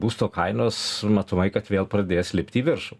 būsto kainos matomai kad pradės lipti į viršų